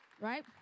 right